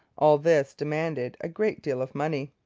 all this demanded a great deal of money.